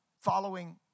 following